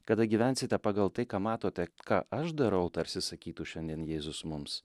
kada gyvensite pagal tai ką matote ką aš darau tarsi sakytų šiandien jėzus mums